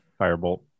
Firebolt